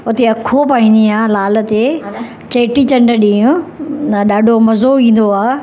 उते अखो पाईंदी आहियां लाल ते चेटी चंड ॾींहुं त ॾाढो मज़ो ईंदो आहे